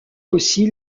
aussi